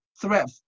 threat